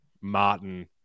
Martin